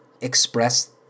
express